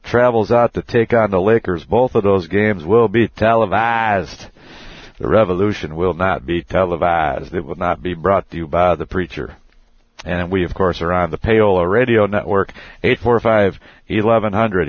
travels out to take on the lakers both of those games will be televised the revolution will not be televised it will not be brought to you by the preacher and we of course are on the payroll radio network eight four five eleven hundred